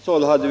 Herr talman!